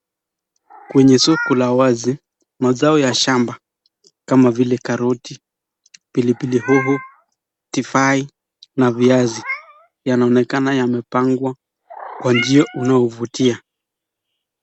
Kwenye soko la wazi mazao ya shamba kama vile karoti, pilipili hoho, tifai na viazi yanaonekana yamepangwa kwa njia unaovutia.